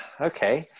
okay